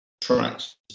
tracks